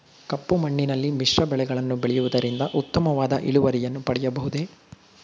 ಕಪ್ಪು ಮಣ್ಣಿನಲ್ಲಿ ಮಿಶ್ರ ಬೆಳೆಗಳನ್ನು ಬೆಳೆಯುವುದರಿಂದ ಉತ್ತಮವಾದ ಇಳುವರಿಯನ್ನು ಪಡೆಯಬಹುದೇ?